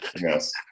Yes